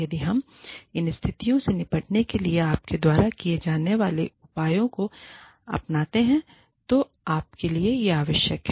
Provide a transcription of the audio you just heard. यदि हम इन स्थितियों से निपटने के लिए आपके द्वारा किए जाने वाले उपायों को अपनाते हैं तो आपके लिए आवश्यक हैं